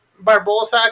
Barbosa